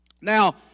now